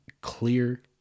clear